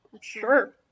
sure